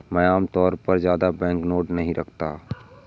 मैं आमतौर पर ज्यादा बैंकनोट नहीं रखता